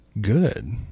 good